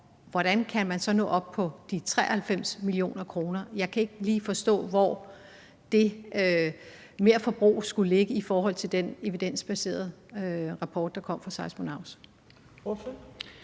hvordan kan man så nå op på de 93 mio. kr.? Jeg kan ikke lige forstå, hvor det merforbrug skulle ligge i forhold til den evidensbaserede rapport, der kom fra Seismonaut.